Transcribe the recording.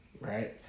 right